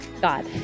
God